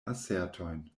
asertojn